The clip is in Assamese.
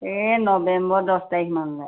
এই নৱেম্বৰ দহ তাৰিখমানলৈ